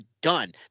done